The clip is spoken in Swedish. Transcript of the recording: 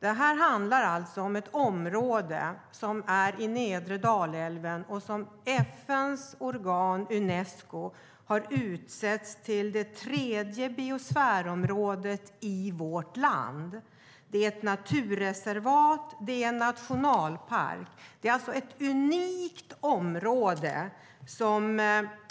Det handlar om ett område vid nedre Dalälven som av FN:s organ Unesco har utsetts till det tredje biosfärområdet i vårt land. Det är naturreservat och nationalpark. Det är ett unikt område som